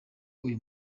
uyu